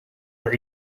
that